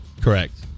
Correct